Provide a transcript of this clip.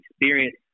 experience